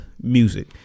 music